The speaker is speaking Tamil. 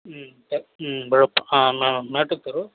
ம் அ ம் விழுப்புரம் ஆ ஆமாம் மேட்டுத்தெரு